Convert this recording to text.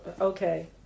okay